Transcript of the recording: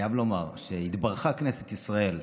חייב לומר שהתברכה כנסת ישראל,